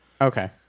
Okay